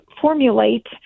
formulate